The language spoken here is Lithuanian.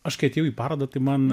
aš kai atėjau į parodą tai man